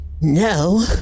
No